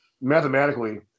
mathematically